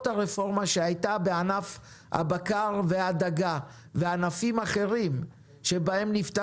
הרפורמה שהייתה בענף הבקר והדגה וענפים אחרים שבהם נפתח